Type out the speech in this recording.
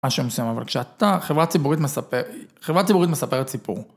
משהו מסוים, אבל כשאתה, חברה ציבורית מספרת סיפור.